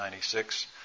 1996